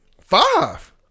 five